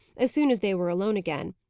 as soon as they were alone again.